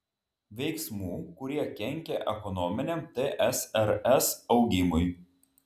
veiksmų kurie kenkia ekonominiam tsrs augimui